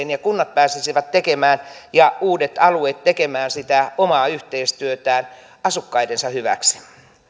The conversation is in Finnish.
ja kunnat pääsisivät tekemään ja uudet alueet tekemään sitä omaa yhteistyötään asukkaidensa hyväksi